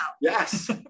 Yes